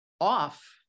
off